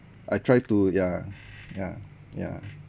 I try to ya ya ya